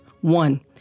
One